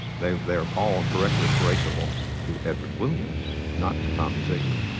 they they were all directly traceable to edward williams, not to tommy zeigler.